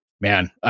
man